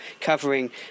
covering